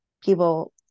people